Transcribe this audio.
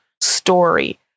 story